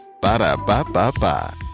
Ba-da-ba-ba-ba